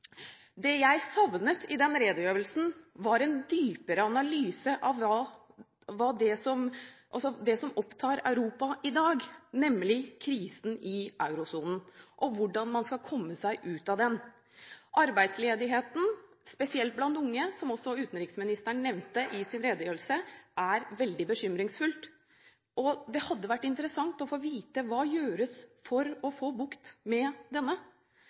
Det jeg savnet i den redegjørelsen, var en dypere analyse av det som opptar Europa i dag, nemlig krisen i eurosonen og hvordan man skal komme seg ut av den. Arbeidsledigheten – spesielt blant unge, som også utenriksministeren nevnte i sin redegjørelse – er veldig bekymringsfull, og det hadde vært interessant å få vite hva som gjøres for å få bukt med denne.